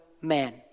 man